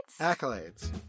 Accolades